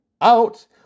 out